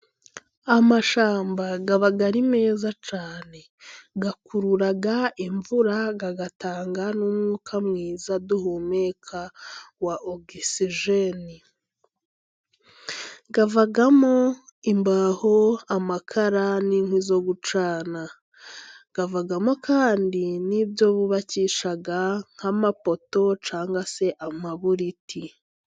Amashyamba aba ari meza cyane, akurura imvura, agatanga n'umwuka mwiza duhumeka wa ogisijeni. Avamo imbaho, amakara n'inkwi zo gucana, avamo kandi n'ibyo bubakisha nk'amapoto cyangwa se amaburiti.